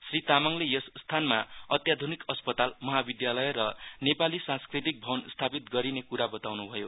श्री तामाङले यस स्थानमा अत्याध्रनिक अस्पतालमहाविधालय र नेपाली सांस्कृतिक भवन स्थापित गरिने कुरा बताउन् भयो